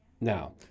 Now